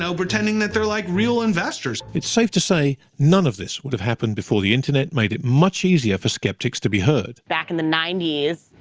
so pretending that they're like real investors. it's safe to say none of this would have happened before the internet made it much easier for skeptics to be heard. back in the ninety s,